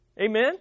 Amen